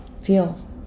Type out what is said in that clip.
feel